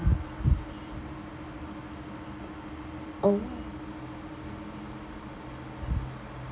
oh